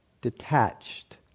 detached